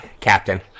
Captain